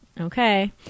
Okay